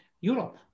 Europe